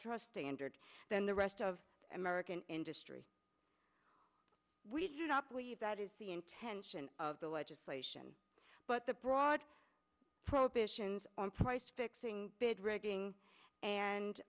trust standard than the rest of american industry we do not believe that is the intention of the legislation but the broad prohibitions on price fixing bid rigging and